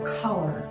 color